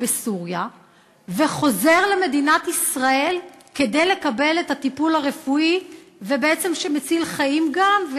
בסוריה וחוזר למדינת ישראל כדי לקבל את הטיפול הרפואי שמציל חיים גם,